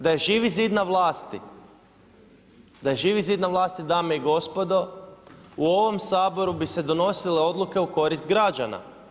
Da je Živi zid na vlasti, da je Živi zid na vlasti dame i gospodo u ovom Saboru bi se donosile odluke u korist građana.